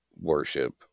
worship